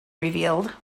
revealed